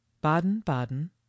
baden-baden